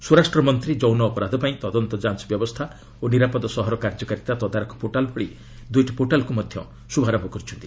ସ୍ୱରାଷ୍ଟ୍ର ମନ୍ତ୍ରୀ ଯୌନ ଅପରାଧ ପାଇଁ ତଦନ୍ତ ଯାଞ୍ଚ ବ୍ୟବସ୍ଥା ଓ ନିରାପଦ ସହର କାର୍ଯ୍ୟକାରିତା ତଦାରଖ ପୋର୍ଟାଲ୍ ଭଳି ଦୁଇଟି ପୋର୍ଟାଲ୍କୁ ମଧ୍ୟ ଶୁଭାରମ୍ଭ କରିଛନ୍ତି